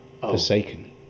Forsaken